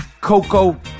coco